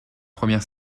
première